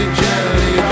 jelly